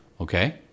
Okay